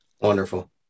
wonderful